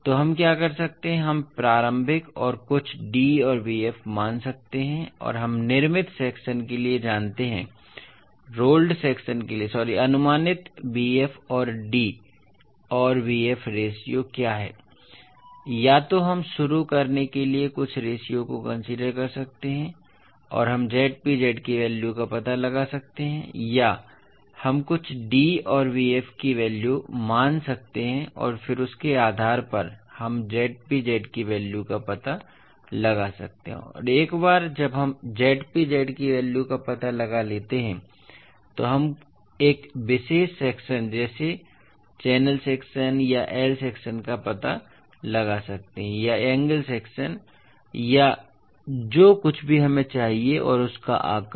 तो हम क्या कर सकते हैं हम प्रारंभिक ओर कुछ d और bf मान सकते हैं और हम निर्मित सेक्शन के लिए जानते हैं रोल्ड सेक्शन के लिए सॉरी अनुमानित bf और d और bf रेश्यो क्या है या तो हम शुरू करने के लिए कुछ रेश्यो को कंसीडर कर सकते हैं और हम Zpz की वैल्यू का पता लगा सकते हैं या हम कुछ d और bf की वैल्यू मान सकते हैं और फिर उसके आधार पर हम Zpz की वैल्यू का पता लगा सकते हैं और एक बार जब हम Zpz की वैल्यू का पता लगा लेते हैं तो हम एक विशेष सेक्शन जैसे चैनल सेक्शन या I सेक्शन का पता लगा सकते हैं या एंगल सेक्शन या जो कुछ भी हमें चाहिए और उसका आकार